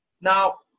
Now